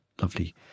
lovely